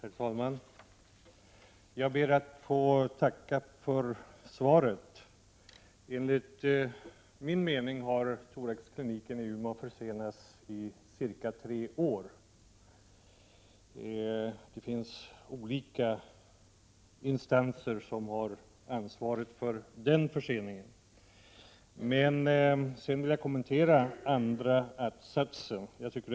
Herr talman! Jag ber att få tacka för svaret. Enligt min mening har thoraxkliniken i Umeå försenats i cirka tre år. Det finns olika instanser som har ansvaret för den förseningen. Jag vill kommentera andra delen av svaret.